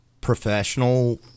professional